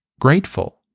grateful